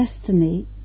destiny